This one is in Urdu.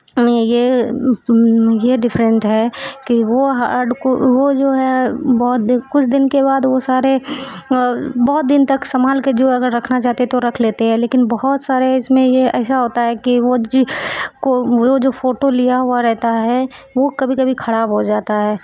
یہ یہ ڈفرنٹ ہے کہ وہ ہاڈ کو وہ جو ہے بہت دن کچھ دن کے بعد وہ سارے بہت دن تک سنبھال کے جو اگر رکھنا چاہتے تو رکھ لیتے ہیں لیکن بہت سارے اس میں یہ ایسا ہوتا ہے کہ وہ کو وہ جو فوٹو لیا ہوا رہتا ہے وہ کبھی کبھی خراب ہو جاتا ہے